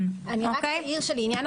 אם יש עוד שאלות, נא לפנות אליה.